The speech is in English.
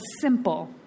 simple